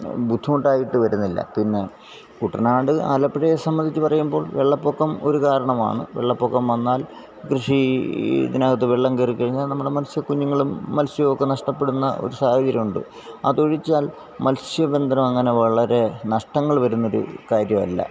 ബുദ്ധിമുട്ടായിട്ട് വരുന്നില്ല പിന്നെ കുട്ടനാട് ആലപ്പുഴയെ സംബന്ധിച്ച് പറയുമ്പോൾ വെള്ളപ്പൊക്കം ഒരു കാരണമാണ് വെള്ളപ്പൊക്കം വന്നാൽ കൃഷി ഇതിനകത്ത് വെള്ളം കയറിക്കഴിഞ്ഞാൽ നമ്മുടെ മൽസ്യക്കുഞ്ഞുങ്ങളും മത്സ്യവും ഒക്കെ നഷ്ടപ്പെടുന്ന ഒരു സാഹചര്യം ഉണ്ട് അതൊഴിച്ചാൽ മൽസ്യബന്ധനം അങ്ങനെ വളരെ നഷ്ടങ്ങൾ വരുന്നത് കാര്യം അല്ല